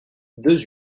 deux